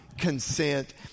consent